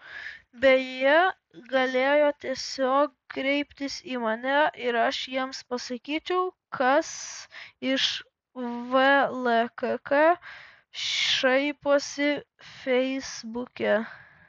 beje galėjo tiesiog kreiptis į mane ir aš jiems pasakyčiau kas iš vlkk šaiposi feisbuke